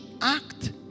act